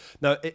Now